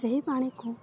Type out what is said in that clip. ସେହି ପାଣିକୁ